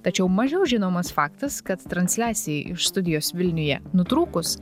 tačiau mažiau žinomas faktas kad transliacijai iš studijos vilniuje nutrūkus